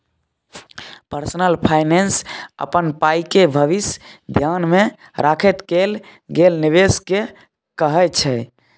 personal finance अपन पाइके भबिस धेआन मे राखैत कएल गेल निबेश केँ कहय छै